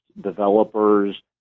developers